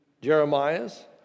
Jeremiah's